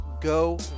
Go